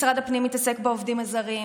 משרד הפנים מתעסק בעובדים הזרים,